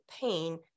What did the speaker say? pain